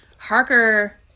Harker